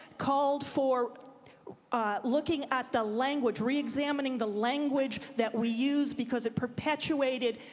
called for looking at the language, reexamining the language that we use because it perpetuated